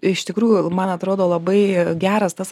iš tikrųjų man atrodo labai geras tas